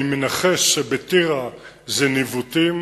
אני מנחש שבטירה זה ניווטים